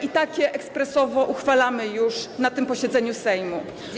I takie ekspresowo uchwalamy już na tym posiedzeniu Sejmu.